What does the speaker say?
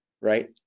right